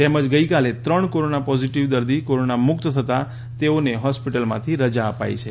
તેમજ ગઈકાલે ત્રણ કોરોના પોઝિટિવ દર્દી કોરોનામુક્ત થતા તેઓને હોસ્પિટલમાંથી રજા અપાઈ છે